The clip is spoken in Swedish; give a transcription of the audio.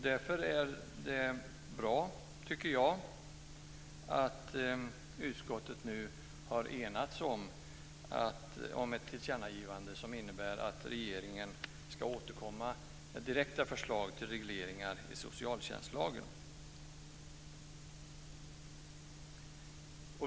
Därför är det bra, tycker jag, att utskottet nu har enats om ett tillkännagivande som innebär att regeringen ska återkomma med direkta förslag till regleringar i socialtjänstlagen.